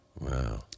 Wow